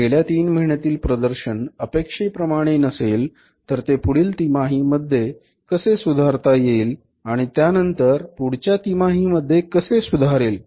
जर गेल्या तीन महिन्यातील प्रदर्शन अपेक्षेप्रमाणे नसेल तर ते पुढील तिमाहीमध्ये कसे सुधारता येईल आणि त्यानंतर पुढच्या तिमाहीमध्ये कसे सुधारेल